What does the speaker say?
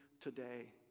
today